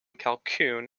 callicoon